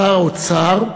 שר האוצר,